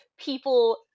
people